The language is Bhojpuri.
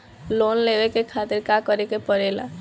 लोन लेवे के खातिर का करे के पड़ेला?